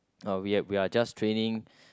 orh we are we are just training